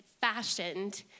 fashioned